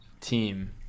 team